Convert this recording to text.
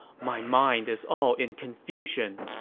my mind is all in confusion.